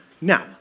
now